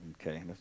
Okay